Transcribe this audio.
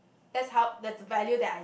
that's how that's the value that I